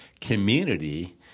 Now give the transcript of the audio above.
community